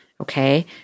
Okay